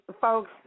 Folks